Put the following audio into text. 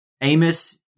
Amos